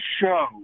show